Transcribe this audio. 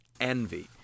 envy